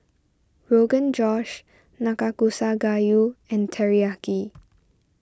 Rogan Josh Nanakusa Gayu and Teriyaki